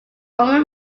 former